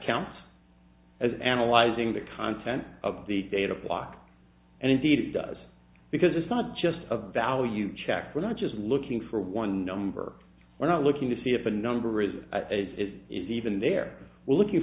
counts as analyzing the content of the data block and indeed it does because it's not just a value check we're not just looking for one number we're not looking to see if a number is a is is even they're looking